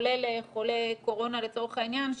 כולל חולי קורונה לצורך העניין,